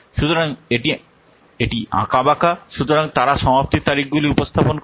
সুতরাং এটি এটি আঁকাবাঁকা সুতরাং তারা সমাপ্তির তারিখগুলি উপস্থাপন করে